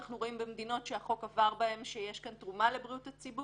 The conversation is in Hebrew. אנחנו רואים במדינות שהחוק עבר בהן שיש כאן תרומה לבריאות הציבור,